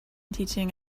teaching